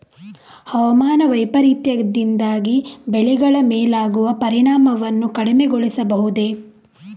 ಹವಾಮಾನ ವೈಪರೀತ್ಯದಿಂದಾಗಿ ಬೆಳೆಗಳ ಮೇಲಾಗುವ ಪರಿಣಾಮವನ್ನು ಕಡಿಮೆಗೊಳಿಸಬಹುದೇ?